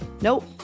Nope